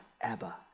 Abba